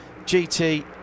GT